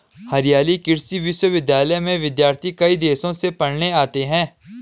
हरियाणा कृषि विश्वविद्यालय में विद्यार्थी कई देशों से पढ़ने आते हैं